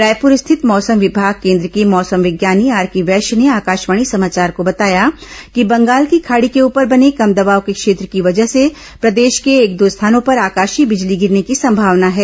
रायपुर स्थित मौसम विमाग केन्द्र के मौसम विज्ञानी आरके वैश्य ने आकाशवाणी समाचार को बताया कि बंगाल की खाड़ी के ऊपर बने कम दबाब के क्षेत्र की वजह से प्रदेश के एक दो स्थानों पर आकाशीय बिजली गिरने की संभावना है